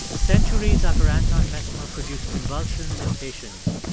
centuries after anton mesmer produced convulsions in patients,